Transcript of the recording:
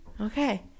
Okay